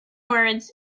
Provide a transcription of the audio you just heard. words